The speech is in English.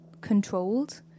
controlled